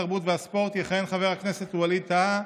התרבות והספורט יכהן חבר הכנסת ווליד טאהא,